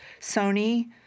Sony